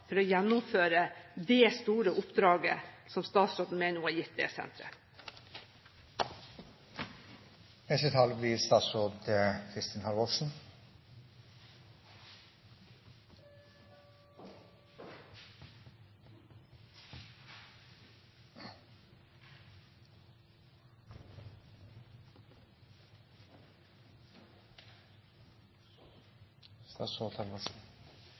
for å gjennomføre det store oppdraget som statsråden mener hun har gitt det